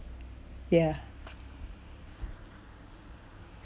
ya